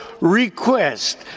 request